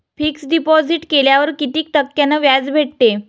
Fix deposit केल्यावर कितीक टक्क्यान व्याज भेटते?